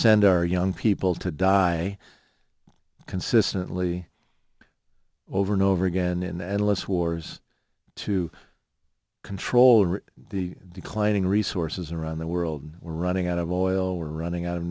send our young people to die consistently over and over again in endless wars to control the declining resources around the world we're running out of oil we're running out of